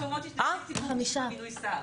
יש מקומות עם נציג ציבור במינוי שר.